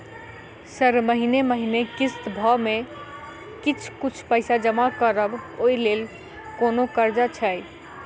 Sir महीने महीने किस्तसभ मे किछ कुछ पैसा जमा करब ओई लेल कोनो कर्जा छैय?